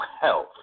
health